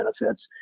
benefits